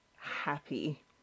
happy